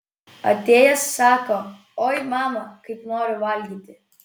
atėjęs sako oi mama kaip noriu valgyti